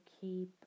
keep